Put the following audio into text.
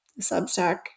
Substack